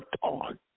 on